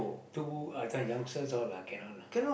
too I tell you youngsters all cannot lah